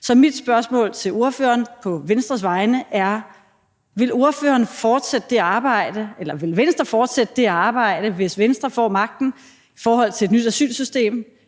Så mit spørgsmål til ordføreren og Venstre er: Vil Venstre fortsætte det arbejde, hvis Venstre får magten, i forhold til et nyt asylsystem?